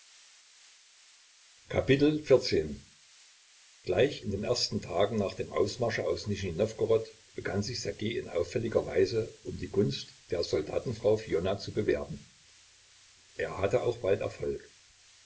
gleich in den ersten tagen nach dem ausmarsche aus nischnij nowgorod begann sich ssergej in auffälliger weise um die gunst der soldatenfrau fiona zu bewerben er hatte auch bald erfolg